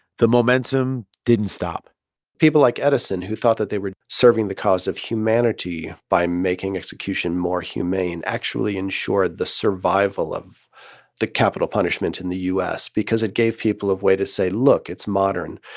the momentum didn't stop people like edison, who thought that they were serving the cause of humanity by making execution more humane, actually ensured the survival of the capital punishment in the u s. because it gave people a way to say, look, it's modern,